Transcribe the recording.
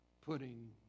putting